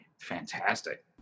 Fantastic